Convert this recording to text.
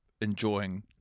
Enjoying